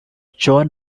joan